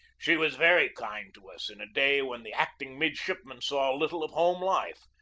she was very kind to us in a day when the acting midshipmen saw little of home life.